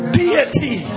deity